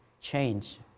change